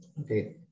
Okay